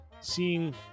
seeing